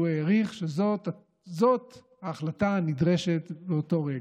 העריך שזאת ההחלטה הנדרשת לאותו רגע.